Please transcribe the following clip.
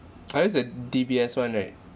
ah that's that D_B_S one right